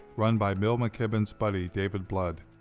run by bill mckibben's buddy, david blood.